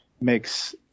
makes